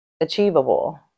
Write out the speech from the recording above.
Achievable